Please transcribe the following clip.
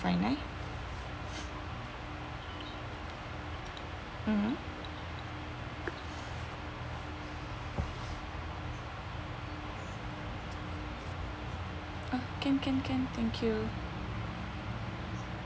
five nine mmhmm oh can can can thank you